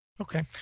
Okay